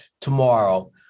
tomorrow